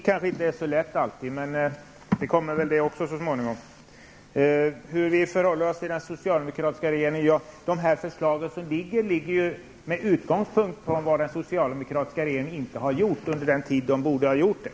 Herr talman! Det här med logik är kanske inte alltid så lätt, men det kommer väl så småningom. De framlagda förslagen har tillkommit mot bakgrund av vad den socialdemokratiska regeringen inte har gjort under den tid den borde ha gjort det.